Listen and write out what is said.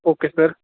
okay sir